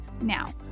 Now